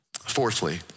Fourthly